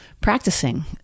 practicing